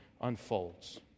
unfolds